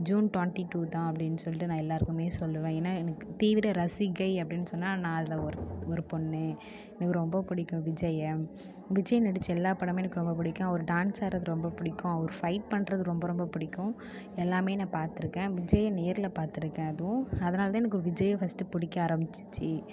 June twenty டூதான் அப்படின்னு சொல்லிவிட்டு நான் எல்லாருக்குமே சொல்லுவேன் ஏன்னா எனக்கு தீவிர ரசிகை அப்படின்னு சொன்னா நான் அதில் ஒரு பொண்ணு எனக்கு ரொம்ப பிடிக்கும் விஜயை விஜய் நடிச்ச எல்லா படமும் எனக்கு ரொம்ப பிடிக்கும் அவர் டேன்ஸ் ஆட்றது ரொம்ப பிடிக்கும் அவர் ஃபைட் பண்ணுறது ரொம்ப ரொம்ப பிடிக்கும் எல்லாமே நான் பார்த்துருக்கேன் விஜயை நேரில் பார்த்துருக்கேன் அதுவும் அதனால்தான் எனக்கு விஜயை ஃபர்ஸ்ட்டு பிடிக்க ஆரம்பிச்சிச்சு